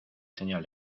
señal